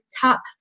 top